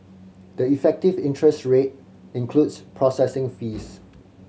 the effective interest rate includes processing fees